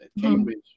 Cambridge